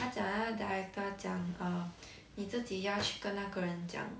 他讲他 director 讲 uh 你自己要去跟那个人讲